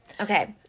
Okay